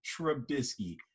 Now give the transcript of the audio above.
Trubisky